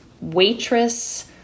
waitress